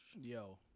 Yo